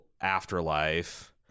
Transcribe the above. afterlife